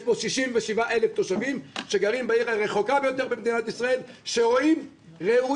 יש פה 67,000 תושבים שגרים בעיר הרחוקה ביותר במדינת ישראל שראויים